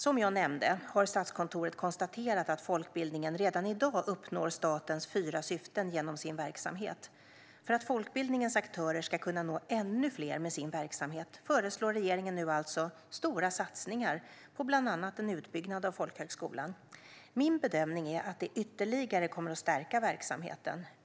Som jag nämnde har Statskontoret konstaterat att folkbildningen redan i dag uppnår statens fyra syften genom sin verksamhet. För att folkbildningens aktörer ska kunna nå ännu fler med sin verksamhet föreslår regeringen nu alltså stora satsningar på bland annat en utbyggnad av folkhögskolan. Min bedömning är att det ytterligare kommer att stärka verksamheten.